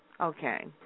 Okay